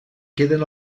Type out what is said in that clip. queden